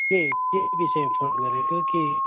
के के विषयमा फोन गरेको कि